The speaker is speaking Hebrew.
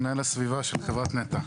מנהל הסביבה של חברת נת"ע.